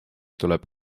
tuleb